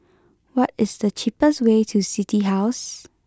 what is the cheapest way to City House